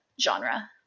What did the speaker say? genre